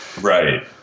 Right